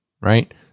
right